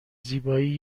زیبایی